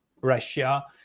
Russia